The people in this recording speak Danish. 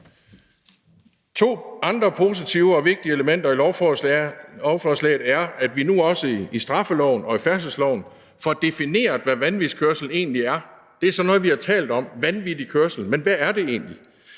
To andre positive og vigtige elementer i lovforslaget er, at vi nu også i straffeloven og i færdselsloven får defineret, hvad vanvidskørsel egentlig er. Det er sådan noget, vi har talt om – vanvittig kørsel. Men hvad er det egentlig?